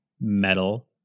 metal